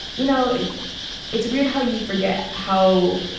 you know it's weird how you forget how